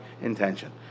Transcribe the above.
intention